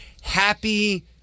Happy